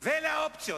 ואלה האופציות.